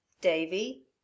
Davy